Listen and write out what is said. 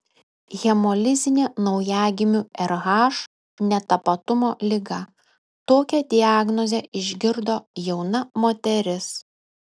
hemolizinė naujagimių rh netapatumo liga tokią diagnozę išgirdo jauna moteris